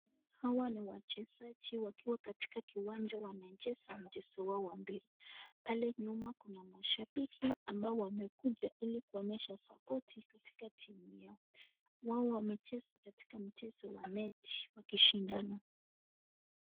Hawa ni wachezaji wakiwa katika kiwanja wanacheza mchezo wao wa mpira. Pale nyuma kuna mashabiki ambao wamekuja ili kuonyesha support katika timu yao. Wao wamecheza katika michezo ya neti wakishindana.